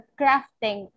crafting